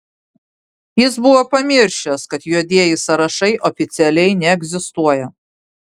jis buvo pamiršęs kad juodieji sąrašai oficialiai neegzistuoja